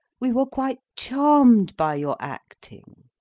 we were quite charmed by your acting.